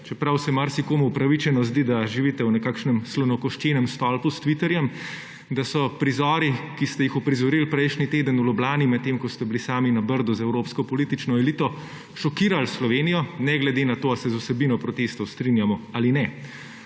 čeprav se marsikomu upravičeno zdi, da živite v nekakšnem slonokoščenem stolpu s Twitterjem, da so prizori, ki ste jih uprizorili prejšnji teden v Ljubljani, medtem ko ste bili sami na Brdu z evropsko politično elito, šokirali Slovenijo, ne glede na to, a se z vsebino protestov strinjamo ali ne.